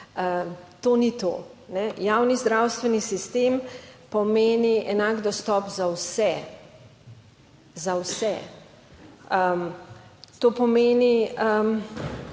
To ni to. Ne, javni zdravstveni sistem pomeni enak dostop za vse, za vse, to pomeni,